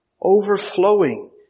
Overflowing